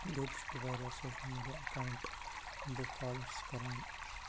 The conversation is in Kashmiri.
بیٚیہِ تہِ چھُس بہٕ واریاہ سوشَل میٖڈِیا اٮ۪کاوٕنٛٹ یِم بہٕ فالَو چھُس کران